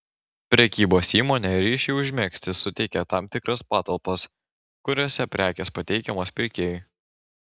prekybos įmonė ryšiui užmegzti suteikia tam tikras patalpas kuriose prekės pateikiamos pirkėjui